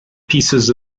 pieces